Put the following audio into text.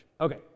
Okay